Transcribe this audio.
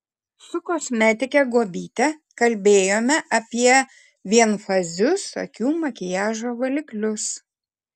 su kosmetike guobyte kalbėjome apie vienfazius akių makiažo valiklius